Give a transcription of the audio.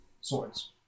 swords